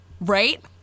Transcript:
Right